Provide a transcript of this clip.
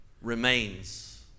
Remains